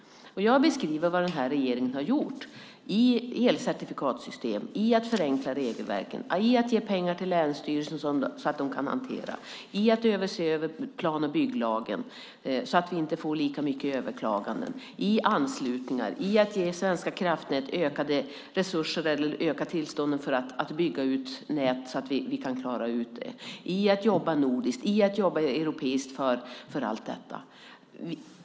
Jag beskriver vad regeringen har gjort när det gäller elcertifikatssystem och anslutningar och när det gäller att förenkla regelverken, att ge pengar till länsstyrelserna så att de kan hantera frågan, att se över plan och bygglagen så att vi inte får lika mycket överklaganden som hittills samt att ge Svenska kraftnät ökade resurser eller utöka tillstånden för att bygga ut nät så att vi kan klara det hela och att jobba nordiskt och europeiskt för allt detta.